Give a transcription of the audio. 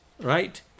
right